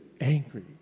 angry